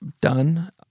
done